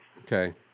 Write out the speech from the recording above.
Okay